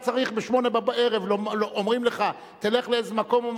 ב-20:00 אומרים לך: תלך לאיזה מקום,